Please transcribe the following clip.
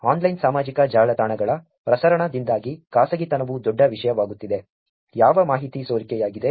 online ಸಾಮಾಜಿಕ ಜಾಲತಾಣಗಳ ಪ್ರಸರಣದಿಂದಾಗಿ ಖಾಸಗಿತನವು ದೊಡ್ಡ ವಿಷಯವಾಗುತ್ತಿದೆ ಯಾವ ಮಾಹಿತಿ ಸೋರಿಕೆಯಾಗಿದೆ